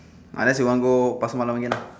unless you want go pasar malam again lah